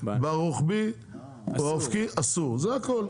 באופקי אסור זה הכל.